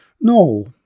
No